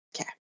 Okay